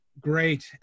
Great